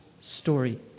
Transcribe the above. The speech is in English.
story